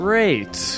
Great